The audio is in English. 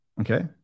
okay